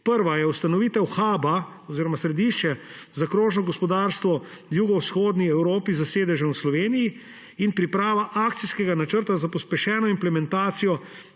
Prva je ustanovitev huba oziroma središča za krožno gospodarstvo jugovzhodne Evrope s sedežem v Sloveniji in priprava akcijskega načrta za pospešeno implementacijo